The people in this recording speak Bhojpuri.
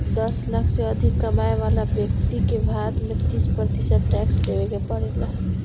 दस लाख से अधिक कमाए वाला ब्यक्ति के भारत में तीस प्रतिशत टैक्स देवे के पड़ेला